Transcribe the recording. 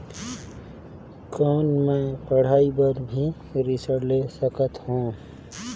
कौन मै पढ़ाई बर भी ऋण ले सकत हो?